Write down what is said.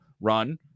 run